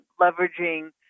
leveraging